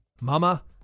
Mama